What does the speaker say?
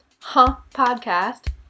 huhpodcast